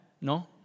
No